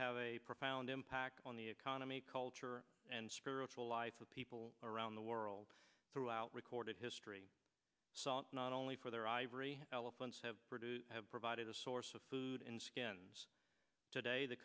have a profound impact on the economy culture and spiritual life of people around the world throughout recorded history not only for their ivory elephants have produced have provided a source of food in skins today the